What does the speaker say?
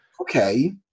okay